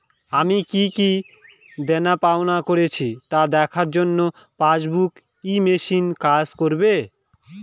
আমি কি কি দেনাপাওনা করেছি তা দেখার জন্য পাসবুক ই মেশিন কাজ করবে?